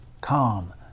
calm